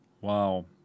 Wow